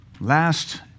Last